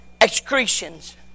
excretions